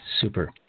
Super